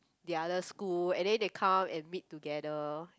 the other school and then they come and meet together